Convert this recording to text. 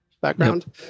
background